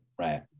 Right